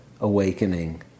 awakening